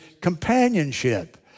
companionship